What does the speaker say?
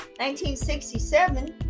1967